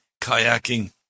kayaking